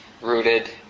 rooted